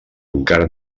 encara